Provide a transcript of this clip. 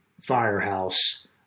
firehouse